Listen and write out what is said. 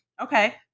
Okay